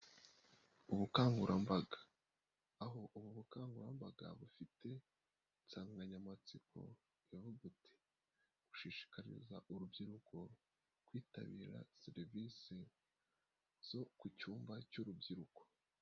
Ubukangurambaga, aho ubu bukangurambaga bufite insanganyamatsiko iravuga iti gushishikariza urubyiruko kwitabira serivisi zo ku cyumba cy'urubyiruko.